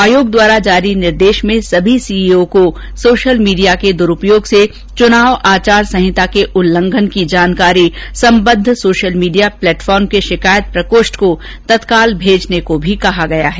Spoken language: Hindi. आयोग द्वारा जारी निर्देश में सभी सीईओ को सोशल मीडिया के दुरूपयोग से चुनाव आचार संहिता के उल्लंघन की जानकारी सम्बद्ध सोशल मीडिया प्लेटफॉर्म के शिकायत प्रकोष्ठ को तत्काल भेजने को भी कहा गया है